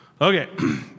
Okay